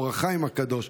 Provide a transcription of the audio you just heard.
אור החיים הקדוש.